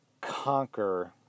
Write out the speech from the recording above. conquer